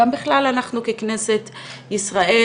גם בכלל אנחנו ככנסת ישראל,